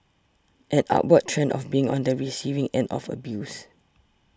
an upward trend of being on the receiving end of abuse